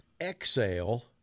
exhale